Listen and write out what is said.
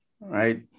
right